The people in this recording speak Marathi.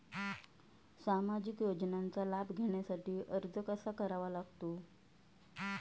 सामाजिक योजनांचा लाभ घेण्यासाठी अर्ज कसा करावा लागतो?